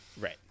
Right